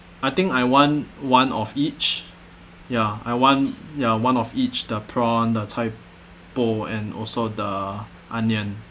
I think I want one of each ya I want ya one of each the prawn the chai poh and also the onion